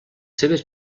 seves